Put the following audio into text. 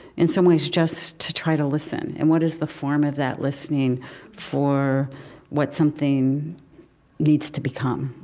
in some ways, just to try to listen. and what is the form of that listening for what something needs to become?